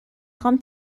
خوام